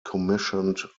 commissioned